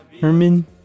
Herman